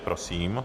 Prosím.